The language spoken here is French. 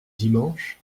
dimanche